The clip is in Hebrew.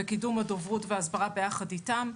וקידום הדוברות וההסברה ביחד איתם.